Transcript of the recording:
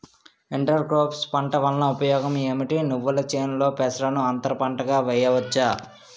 Inter crops పంట వలన ఉపయోగం ఏమిటి? నువ్వుల చేనులో పెసరను అంతర పంటగా వేయవచ్చా?